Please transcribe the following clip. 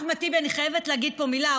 אחמד טיבי, אני חייבת להגיד פה מילה.